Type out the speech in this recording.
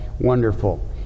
wonderful